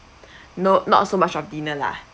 no not so much of dinner lah